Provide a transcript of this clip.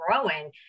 growing